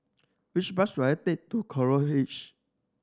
which bus should I take to Coral Edge